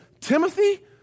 Timothy